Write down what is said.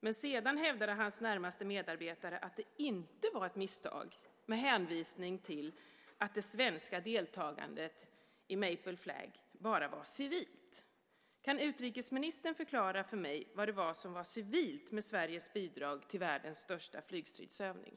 Men sedan hävdade hans närmaste medarbetare att det inte var ett misstag, med hänvisning till att det svenska deltagandet i Maple Flag bara var civilt. Kan utrikesministern förklara för mig vad som var civilt med Sveriges bidrag till världens största flygstridsövning?